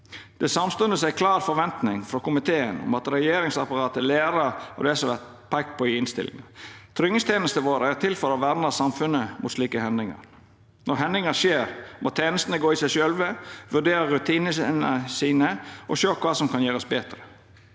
er samstundes ei klar forventning frå komiteen om at regjeringsapparatet lærer av det som vert peikt på i innstillinga. Tryggingstenestene våre er til for å verna samfunnet mot slike hendingar. Når hendingar skjer, må tenestene gå i seg sjølve, vurdera rutinane sine og sjå kva som kan gjerast betre.